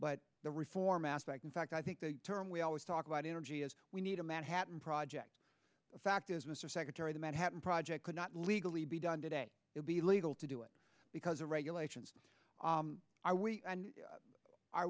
but the reform aspect in fact i think the term we always talk about energy is we need a manhattan project the fact is mr secretary the manhattan project could not legally be done today it be legal to do it because the regulations are we are